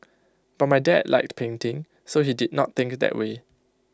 but my dad liked painting so he did not think IT that way